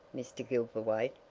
mr. gilverthwaite,